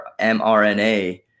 mRNA